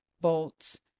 bolts